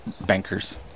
bankers